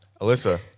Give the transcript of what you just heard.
Alyssa